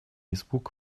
испуг